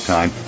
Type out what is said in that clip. Time